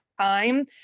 time